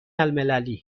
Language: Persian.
المللی